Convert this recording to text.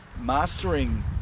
mastering